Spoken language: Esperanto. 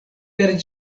per